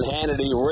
Hannity